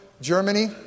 Germany